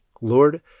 Lord